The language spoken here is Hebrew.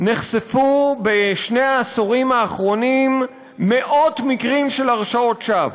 נחשפו בשני העשורים האחרונים מאות מקרים של הרשעות שווא.